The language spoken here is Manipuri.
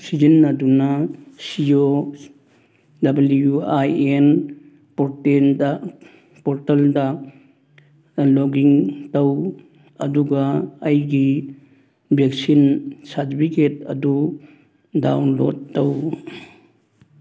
ꯁꯤꯖꯤꯟꯅꯗꯨꯅ ꯁꯤꯌꯣ ꯗꯕꯂꯤꯌꯨ ꯑꯥꯏ ꯑꯦꯟ ꯄꯣꯔꯇꯦꯜꯗ ꯂꯣꯛ ꯏꯟ ꯇꯧ ꯑꯗꯨꯒ ꯑꯩꯒꯤ ꯚꯦꯛꯁꯤꯟ ꯁꯥꯔꯇꯤꯐꯤꯀꯦꯠ ꯑꯗꯨ ꯗꯥꯎꯟꯂꯣꯠ ꯇꯧ